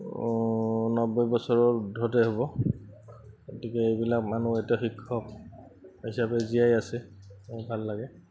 নব্বৈ বছৰৰ উৰ্দ্ধতে হ'ব গতিকে এইবিলাক মানুহ এতিয়া শিক্ষক হিচাপে জীয়াই আছে বহুত ভাল লাগে